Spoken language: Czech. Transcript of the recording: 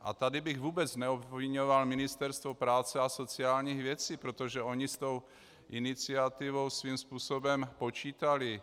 A tady bych vůbec neobviňoval Ministerstvo práce a sociálních věcí, protože oni s tou iniciativou svým způsobem počítali.